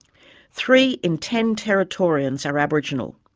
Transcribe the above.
three in ten territorians are aboriginal.